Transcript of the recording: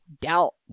doubt